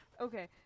Okay